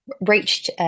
reached